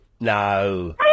No